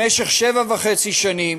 במשך שבע וחצי שנים